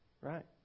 right